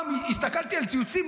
הסתכלתי על ציוצים,